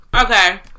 okay